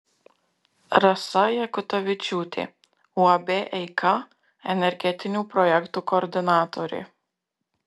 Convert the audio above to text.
rasa jakutavičiūtė uab eika energetinių projektų koordinatorė